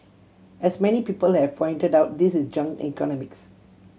as many people have pointed out this is junk economics